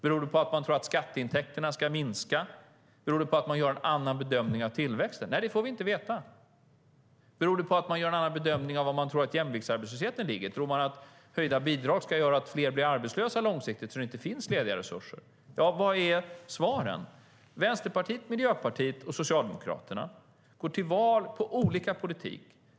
Beror det på att man tror att skatteintäkterna ska minska? Beror det på att man gör en annan bedömning av tillväxten? Det får vi inte veta. Beror det på att man gör en annan bedömning av var jämviktsarbetslösheten ligger? Tror man att höjda bidrag ska göra att fler blir arbetslösa långsiktigt så att det inte finns lediga resurser? Vilka är svaren? Vänsterpartiet, Miljöpartiet och Socialdemokraterna går till val på olika politik.